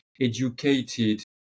educated